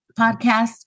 podcast